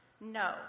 No